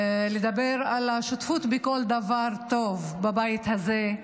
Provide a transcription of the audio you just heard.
לדבר על השותפות בכל דבר טוב בבית הזה,